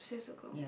six o clock